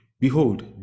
Behold